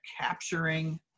capturing